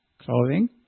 clothing